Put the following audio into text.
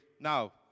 Now